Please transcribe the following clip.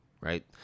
Right